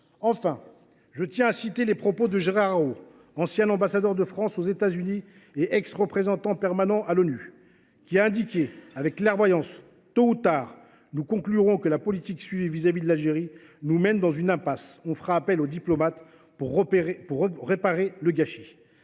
Enfin, je tiens à citer les propos de Gérard Araud, ancien ambassadeur de France aux États Unis et ancien représentant permanent auprès des Nations unies ; il a indiqué avec clairvoyance :« Tôt ou tard, nous conclurons que la politique suivie vis à vis de l’Algérie nous mène dans une impasse. On fera appel aux diplomates pour réparer le gâchis. »